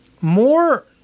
more